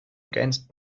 against